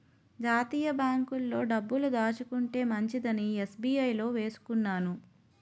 జాతీయ బాంకుల్లో డబ్బులు దాచుకుంటే మంచిదని ఎస్.బి.ఐ లో వేసుకున్నాను